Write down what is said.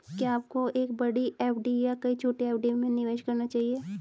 क्या आपको एक बड़ी एफ.डी या कई छोटी एफ.डी में निवेश करना चाहिए?